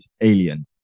alien